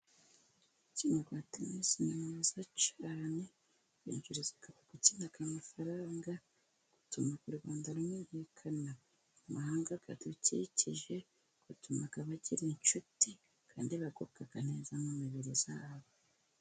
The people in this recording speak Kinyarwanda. Umukino wa tenisi ni mwiza cyane, winjiriza abawukina amafaranga, utuma u Rwanda rumenyekana mu mahanga adukikije, utuma bagira inshuti kandi bakagubwa neza mu mibiri yabo.